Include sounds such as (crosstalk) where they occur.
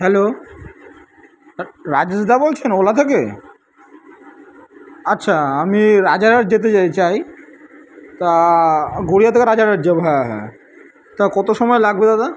hello (unintelligible) রাজেশদা বলছেন ওলা থেকে আচ্ছা আমি রাজারহাট যেতে চাই তা গড়িয়া থেকে রাজারহাট যাব হ্যাঁ হ্যাঁ তা কত সময় লাগবে দাদা